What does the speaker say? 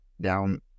down